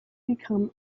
become